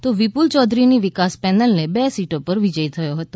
તો વિપુલ ચૌધરીની વિકાસ પેનલને બે સીટો પર વિજય થયો હતો